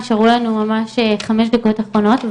נשארו לנו ממש חמש דקות אחרונות.